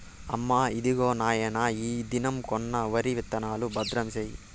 అమ్మా, ఇదిగో నాయన ఈ దినం కొన్న వరి విత్తనాలు, భద్రం సేయి